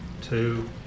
two